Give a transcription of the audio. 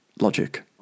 logic